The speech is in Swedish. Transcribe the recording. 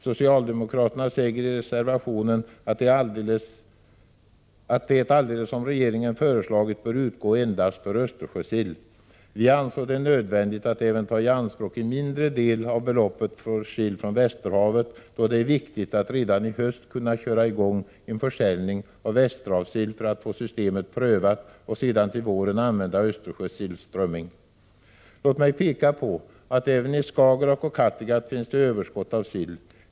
Socialdemokraterna säger i reservationen att de, precis som regeringen föreslagit, bör utgå endast för Östersjösill. Vi ansåg det nödvändigt att ta i anspråk en mindre del av beloppet även för sill från Västerhavet, då det är viktigt att redan i höst kunna köra i gång en försäljning av Västerhavssill för att få systemet prövat och sedan till våren använda sill/strömming från Östersjön. Låt mig peka på att det även i Skagerrak och Kattegatt finns ett överskott av sill.